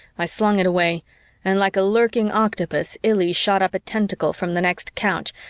i slung it away and, like a lurking octopus, illy shot up a tentacle from the next couch,